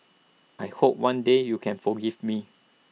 I hope one day you can forgive me